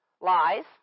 Lies